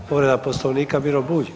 Povreda Poslovnika Miro Bulj.